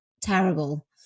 terrible